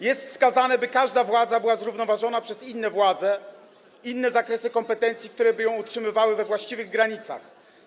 Jest wskazane, by każda władza była zrównoważona przez inne władze, inne zakresy kompetencji, które by ją utrzymywały we właściwych granicach.